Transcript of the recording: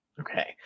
Okay